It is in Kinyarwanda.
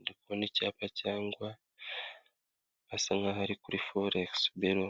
Ndikubona icyapa cyangwa asa nkaho ari kuri foregisi biro